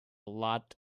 lot